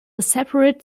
separate